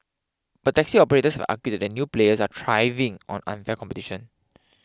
but taxi operators argued that the new players are thriving on unfair competition